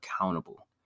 accountable